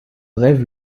rêve